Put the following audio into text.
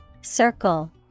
Circle